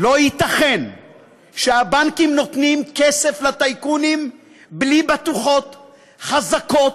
לא ייתכן שהבנקים נותנים כסף לטייקונים בלי בטוחות חזקות,